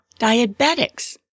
diabetics